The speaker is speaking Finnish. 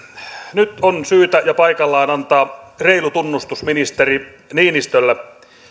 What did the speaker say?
nyt on syytä ja paikallaan antaa reilu tunnustus ministeri niinistölle